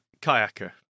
Kayaker